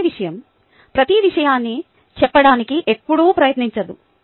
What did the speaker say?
మొదటి విషయం - ప్రతి విషయాన్ని చెప్పడానికి ఎప్పుడూ ప్రయత్నించదు